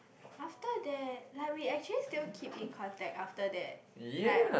after that like we actually still keep in contact after that like